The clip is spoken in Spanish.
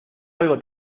algo